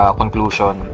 conclusion